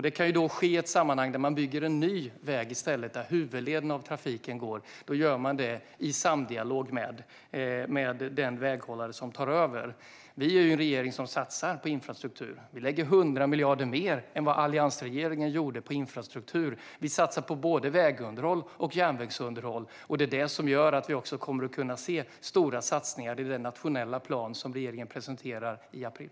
Det kan ske i ett sammanhang om man bygger en ny väg i stället där huvuddelen av trafiken går. Då gör man det i samdialog med den väghållare som tar över. Regeringen satsar på infrastruktur. Vi lägger 100 miljarder mer än vad alliansregeringen gjorde på infrastruktur. Vi satsar på både vägunderhåll och järnvägsunderhåll. Det är också det som gör att vi kommer att se stora satsningar i den nationella plan som regeringen presenterar i april.